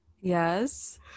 yes